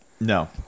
No